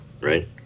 right